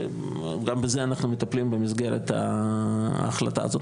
וגם בזה אנחנו מטפלים במסגרת ההחלטה הזאת.